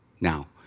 now